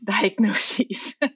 diagnoses